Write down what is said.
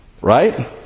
Right